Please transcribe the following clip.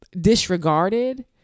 disregarded